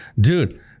dude